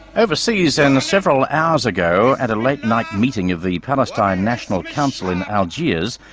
overseas, and several hours ago at a late night meeting of the palestine national council in algiers,